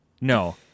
No